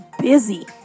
busy